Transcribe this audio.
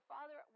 Father